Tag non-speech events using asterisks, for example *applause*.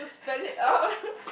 spell it out *laughs*